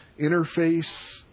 interface